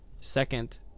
Second